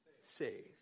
saved